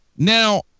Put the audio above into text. Now